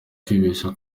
kwibeshya